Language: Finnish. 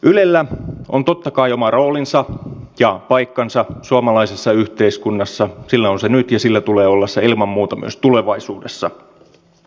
ylellä on totta kai oma roolinsa ja paikkansa suomalaisessa yhteiskunnassa sillä on se nyt ja sillä tulee olla se ilman muuta myös tulevaisuudessa